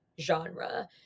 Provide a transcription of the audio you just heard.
genre